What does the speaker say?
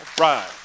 right